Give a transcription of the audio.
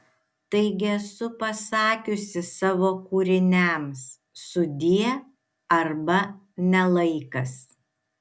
taigi esu pasakiusi savo kūriniams sudie arba ne laikas